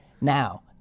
Now